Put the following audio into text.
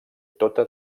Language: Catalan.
tota